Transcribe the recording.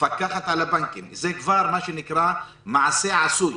המפקחת על הבנקים, זה כבר מה שנקרא מעשה עשוי.